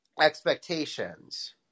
expectations